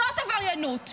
זאת עבריינות,